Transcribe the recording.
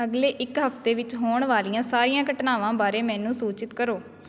ਅਗਲੇ ਇੱਕ ਹਫ਼ਤੇ ਵਿੱਚ ਹੋਣ ਵਾਲੀਆਂ ਸਾਰੀਆਂ ਘਟਨਾਵਾਂ ਬਾਰੇ ਮੈਨੂੰ ਸੂਚਿਤ ਕਰੋ